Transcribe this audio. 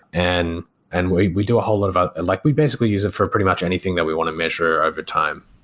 and and we we do a whole lot of other and like we basically use it for pretty much anything that we want to measure overtime.